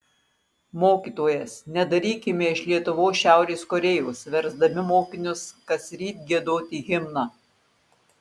mokytojas nedarykime iš lietuvos šiaurės korėjos versdami mokinius kasryt giedoti himną